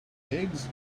eggs